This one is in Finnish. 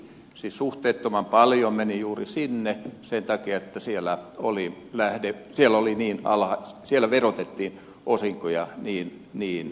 siis suhteettoman paljon meni juuri sinne sen takia että siellä oli lähtenyt siellä oli niin alla siellä verotettiin osinkoja niin lievästi